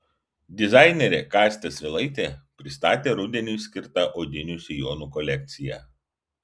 dizainerė kastė svilaitė pristatė rudeniui skirtą odinių sijonų kolekciją